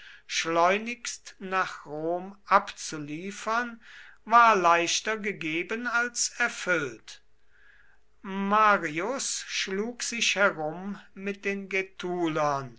schleunigst nach rom abzuliefern war leichter gegeben als erfüllt marius schlug sich herum mit den